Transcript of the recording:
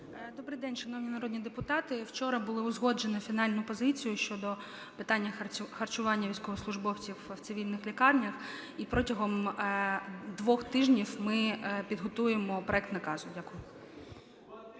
Добрий день, шановні народні депутати! Вчора було узгоджено фінальну позицію щодо питання харчування військовослужбовців в цивільних лікарнях. І протягом двох тижнів ми підготуємо проект наказу. Дякую.